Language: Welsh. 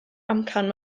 amcan